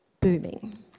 booming